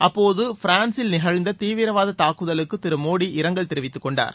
அப்போது பிரான்ஸில் நிகழ்ந்த தீவிரவாத தாக்குதலுக்கு திரு மோடி இரங்கல் தெரிவித்துக் கொண்டார்